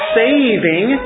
saving